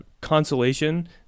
consolation